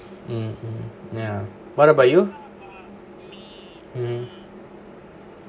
mm ya what about you um